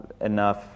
enough